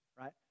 right